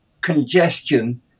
congestion